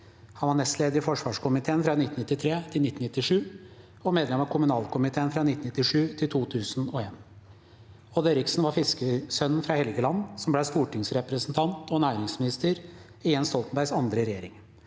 Han var nestleder i forsvarskomiteen fra 1993 til 1997 og medlem av kommunalkomiteen fra 1997 til 2001. Odd Eriksen var fiskersønnen fra Helgeland som ble stortingsrepresentant og næringsminister i Jens Stoltenbergs andre regjering.